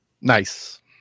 Nice